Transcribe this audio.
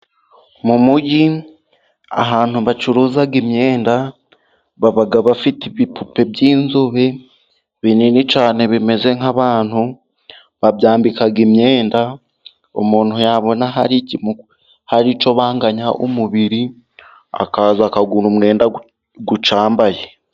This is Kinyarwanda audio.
Mu mujyi ahantu bacuruza imyenda baba bafite ibipupe by'inzobi binini cyane bimeze nk'abantu, babyambika imyenda umuntu yabona hari hari icyo banganya umubiri, akaza akagura umwenda cyambaye.